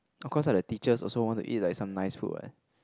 of course lah the teachers also want to eat like some nice food what